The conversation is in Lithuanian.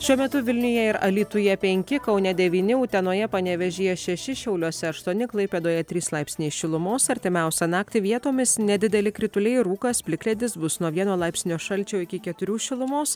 šiuo metu vilniuje ir alytuje penki kaune devyni utenoje panevėžyje šeši šiauliuose ašuoni klaipėdoje trys laipsniai šilumos artimiausią naktį vietomis nedideli krituliai rūkas plikledis bus nuo vieno laipsnio šalčio iki keturių šilumos